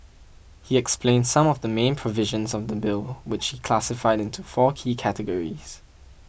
he explained some of the main provisions of the bill which he classified into four key categories